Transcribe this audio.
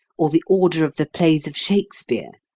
or the order of the plays of shakespeare.